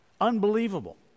unbelievable